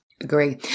Agree